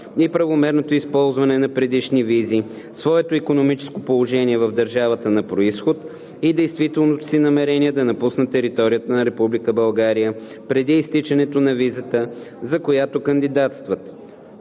и правомерното използване на предишни визи, своето икономическо положение в държавата на произход и действителното си намерение да напуснат територията на Република България преди изтичането на визата, за която кандидатстват.“